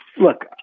look